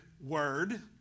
word